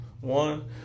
one